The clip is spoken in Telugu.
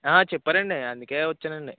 చెప్పారండి అందుకే వచ్చానండి